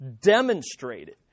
demonstrated